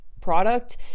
product